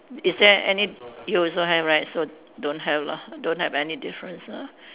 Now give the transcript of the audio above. is there any you also have right so don't have lah don't have any difference ah